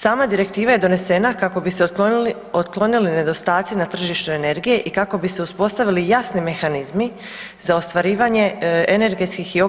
Sama direktiva je donesena kako bi se otklonili nedostaci na tržištu energije i kako bi se uspostavili jasni mehanizmi za ostvarivanje energetskih i